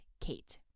Kate